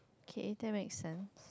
okay that make sense